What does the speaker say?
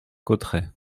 cotterêts